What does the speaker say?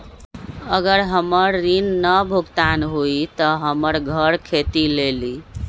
अगर हमर ऋण न भुगतान हुई त हमर घर खेती लेली?